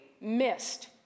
missed